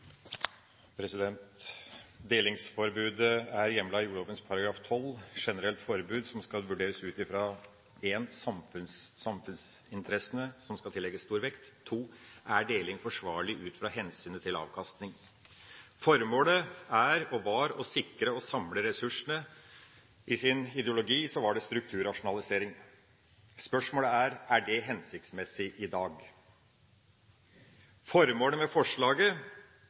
minutter. Delingsforbudet er hjemlet i jordlova § 12 om generelt forbud, som skal vurderes ut fra punkt en, samfunnsinteressene, som skal tillegges stor vekt, og punkt to, om deling er forsvarlig ut fra hensynet til avkastning. Formålet er og var å sikre og samle ressursene. I sin ideologi var det strukturrasjonalisering. Spørsmålet er: Er det hensiktsmessig i dag? Formålet med forslaget